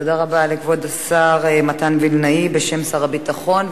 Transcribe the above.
תודה רבה לכבוד השר מתן וילנאי, בשם שר הביטחון.